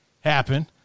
happen